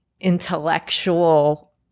intellectual